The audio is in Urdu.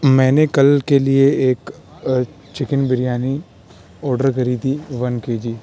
میں نے کل کے لیے ایک چکن بریانی آڈر کری تھی ون کے جی